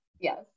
Yes